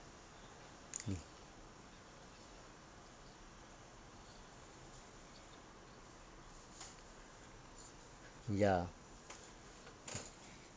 ya